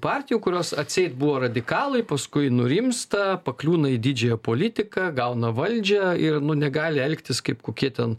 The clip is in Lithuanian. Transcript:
partijų kurios atseit buvo radikalai paskui nurimsta pakliūna į didžiąją politiką gauna valdžią ir nu negali elgtis kaip kokie ten